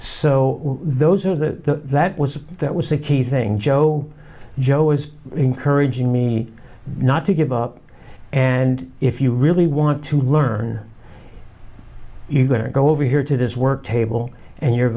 so those are the that was that was the key thing jo jo was encouraging me not to give up and if you really want to learn you're going to go over here to this work table and you're